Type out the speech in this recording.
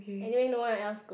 anyway no one else go